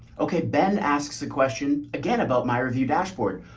okay, ben asks a question again about my review dashboard.